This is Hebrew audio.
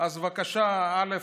אז בבקשה, א.